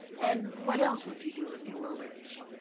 and what else would you do if you were rich?